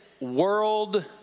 world